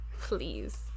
Please